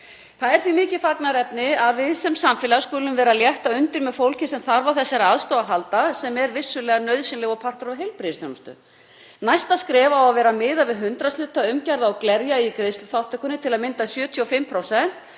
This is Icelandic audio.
Það er því mikið fagnaðarefni að við sem samfélag skulum vera að létta undir með fólki sem þarf á þessari aðstoð að halda sem er vissulega nauðsynleg og partur af heilbrigðisþjónustu. Næsta skref á að vera miðað við hundraðshluta af kostnaði umgjarða og glerja í greiðsluþátttökunni, til að mynda 75%,